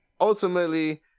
ultimately